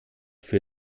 für